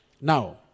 Now